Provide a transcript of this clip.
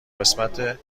قسمت